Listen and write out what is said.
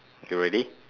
K ready